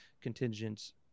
contingents